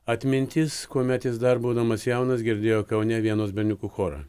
atmintis kuomet jis dar būdamas jaunas girdėjo kaune vienos berniukų chorą